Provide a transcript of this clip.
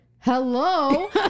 hello